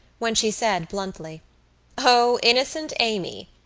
when she said bluntly o, innocent amy!